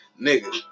Nigga